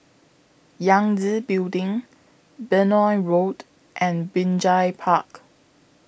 Yangtze Building Benoi Road and Binjai Park